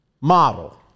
model